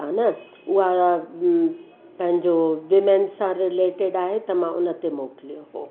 हा न उहा पंहिंजो वूमैन सां रिलेटेड आहे त मां हुन ते मोकिलियो हुओ